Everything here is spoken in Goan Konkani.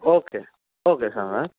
ओके ओके सांगात